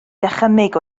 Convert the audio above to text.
dychymyg